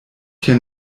hier